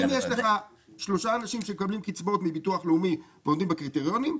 אם יש לך שלושה אנשים שמקבלים קצבאות מביטוח לאומי ועומדים בקריטריונים,